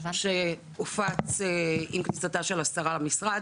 שהופץ עם כניסתה של השרה למשרד,